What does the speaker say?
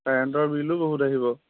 কাৰেণ্টৰ বিলো বহুত আহিব